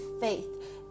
faith